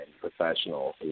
professional